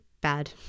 Bad